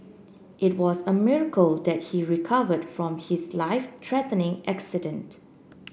it was a miracle that he recovered from his life threatening accident